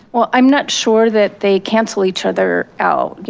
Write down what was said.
well, i'm not sure that they cancel each other out.